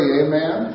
amen